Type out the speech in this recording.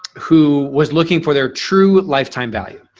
who was looking for their true lifetime value.